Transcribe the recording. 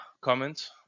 comment